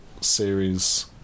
series